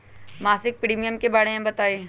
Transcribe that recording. मासिक प्रीमियम के बारे मे बताई?